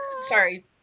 Sorry